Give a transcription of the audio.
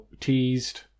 teased